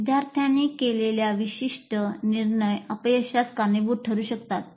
विद्यार्थ्यांनी केलेले विशिष्ट निर्णय अपयशास कारणीभूत ठरू शकतात